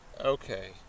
Okay